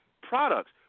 products